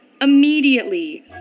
Immediately